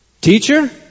Teacher